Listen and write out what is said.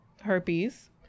herpes